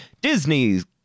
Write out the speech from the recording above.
disney's